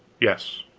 yes,